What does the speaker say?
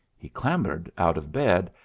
he clambered out of bed,